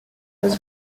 was